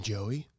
Joey